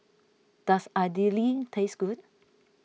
does Idili taste good